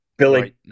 Billy